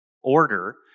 order